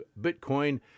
Bitcoin